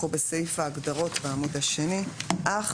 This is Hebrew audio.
הגדרות1.בתקנות אלה "אח"